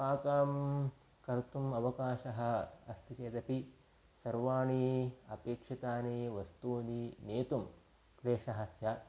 पाकं कर्तुम् अवकाशः अस्ति चेदपि सर्वाणि अपेक्षितानि वस्तूनि नेतुं क्लेशः स्यात्